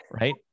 right